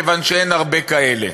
כיוון שאין הרבה כאלה,